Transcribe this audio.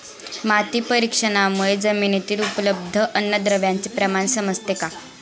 माती परीक्षणामुळे जमिनीतील उपलब्ध अन्नद्रव्यांचे प्रमाण समजते का?